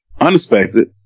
Unexpected